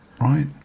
Right